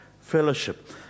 fellowship